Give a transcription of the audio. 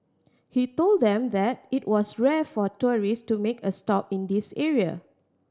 he told them that it was rare for tourist to make a stop in this area